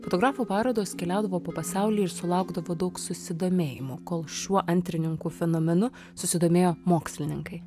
fotografo parodos keliaudavo po pasaulį ir sulaukdavo daug susidomėjimo kol šiuo antrininkų fenomenu susidomėjo mokslininkai